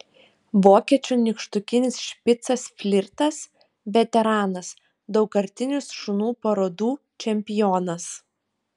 vokiečių nykštukinis špicas flirtas veteranas daugkartinis šunų parodų čempionas